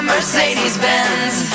Mercedes-Benz